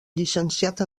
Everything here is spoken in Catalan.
llicenciat